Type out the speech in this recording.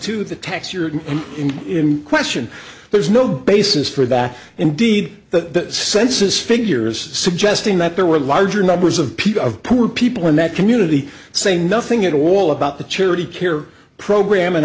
two the tax year in question there's no basis for that indeed the census figures suggesting that there were larger numbers of people of poor people in that community say nothing at all about the charity care program in